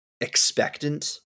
expectant